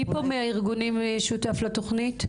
מי פה מהארגונים שותף לתוכנית?